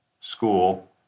school